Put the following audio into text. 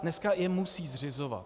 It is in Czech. Dneska je musí zřizovat.